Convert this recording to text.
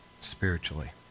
spiritually